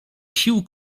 sił